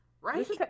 right